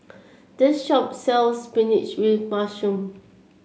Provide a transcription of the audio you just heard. this shop sells spinach with mushroom